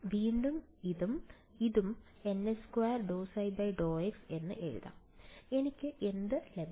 വീണ്ടും ഇതും ഇതും nx2∂ϕ∂x എന്ന് എഴുതാം എനിക്ക് എന്ത് ലഭിക്കും